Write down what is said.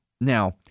Now